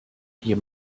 you